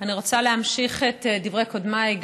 אני רוצה להמשיך את דברי קודמיי,